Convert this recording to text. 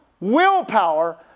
willpower